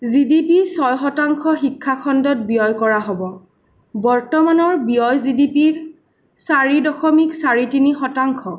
G D P ছয় শতাংশ শিক্ষা খণ্ডত ব্যয় কৰা হ'ব বৰ্তমানৰ ব্যয় জি ডি পিৰ চাৰি দশমিক চাৰি তিনি শতাংশ